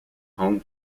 home